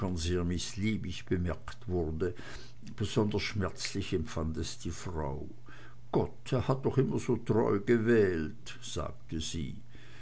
mißliebig bemerkt wurde besonders schmerzlich empfand es die frau gott er hat doch immer so treu gewählt sagte sie